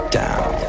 down